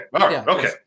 Okay